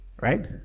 Right